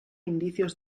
indicios